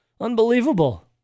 Unbelievable